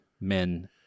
men